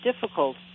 difficult